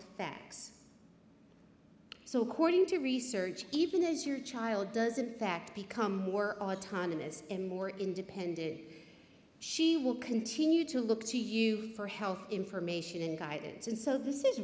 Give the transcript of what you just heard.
facts so according to research even as your child does a fact become work autonomous in more independent she will continue to look to you for health information and guidance and so this is